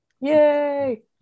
Yay